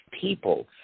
people